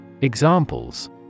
Examples